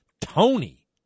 Tony